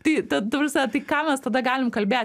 tai ta ta prasme tai ką mes tada galim kalbėt